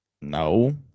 No